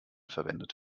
verwendet